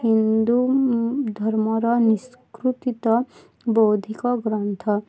ହିନ୍ଦୁ ଧର୍ମର ନିଷ୍କୃତିତ ବୌଦ୍ଧିକ ଗ୍ରନ୍ଥ